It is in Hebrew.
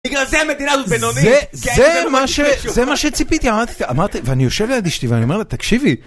בגלל זה המדינה הזאת בינונית, זה מה שציפיתי, אמרתי ואני יושב ליד אשתי ואומר לה תקשיבי